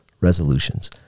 resolutions